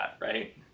right